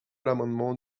l’amendement